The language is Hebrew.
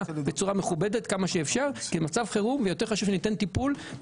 בצורה מכובדת עד כמה שאפשר כי במצב חירום יותר חשוב שאני אתן טיפול.